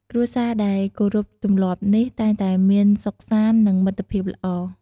គ្រួសារដែលគោរពទម្លាប់នេះ តែងតែមានសុខសាន្ត និងមិត្តភាពល្អ។